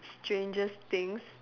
strangest things